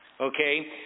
okay